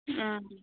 हाँ